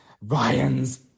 Ryan's